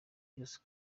ryose